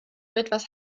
etwas